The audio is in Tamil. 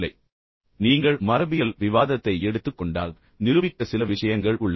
எனவே நீங்கள் மரபியல் விவாதத்தை எடுத்துக் கொண்டால் நிரூபிக்க சில விஷயங்கள் உள்ளன